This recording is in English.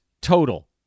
total